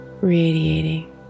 radiating